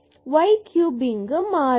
y cube இங்கு மாறிலி